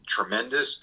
tremendous